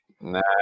Nice